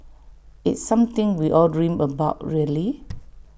it's something we all dream about really